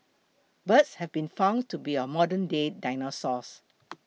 birds have been found to be our modernday dinosaurs